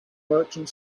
merchant